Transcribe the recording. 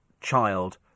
child